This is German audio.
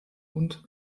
und